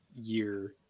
year